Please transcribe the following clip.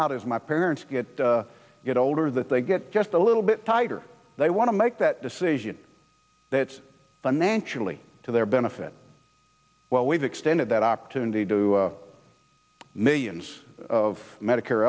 out as my parents get older that they get just a little bit tighter they want to make that decision that's financially to their benefit well we've extended that opportunity to millions of medicare